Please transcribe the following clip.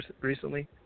recently